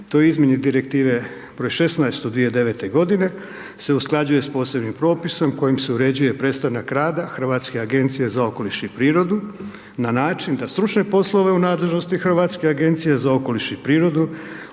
toj izmjeni Direktive broj 16. od 2009. godine se usklađuje s posebnim propisom kojim se uređuje prestanak rada Hrvatske agencije za okoliš i prirodu, na način da stručne poslove u nadležnosti Hrvatske agencije za okoliš i prirodu,